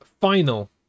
final